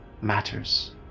matters